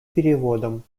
переводом